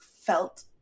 felt